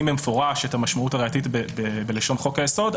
במפורש את המשמעות הראייתית בלשון חוק היסוד,